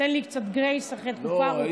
תן לי קצת גרייס אחרי תקופה ארוכה,